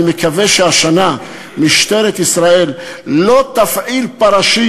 אני מקווה שהשנה משטרת ישראל לא תפעיל פרשים,